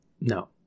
no